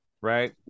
right